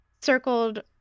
circled